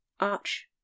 arch